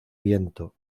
viento